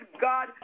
God